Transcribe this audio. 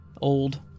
Old